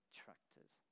tractors